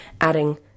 adding